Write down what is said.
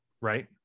right